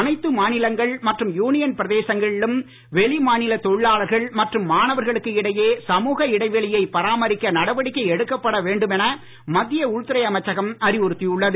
அனைத்து மாநிலங்கள் மற்றும் யூனியன் பிரதேசங்களிலும் வெளிமாநில தொழிலாளர்கள் மற்றும் மாணவர்களுக்கு இடையே சமூக இடைவெளியை பராமரிக்க நடவடிக்கை எடுக்கப்பட வேண்டுமென மத்திய உள்துறை அமைச்சகம் அறிவுறுத்தியுள்ளது